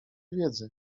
wiedzy